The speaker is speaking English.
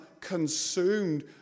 consumed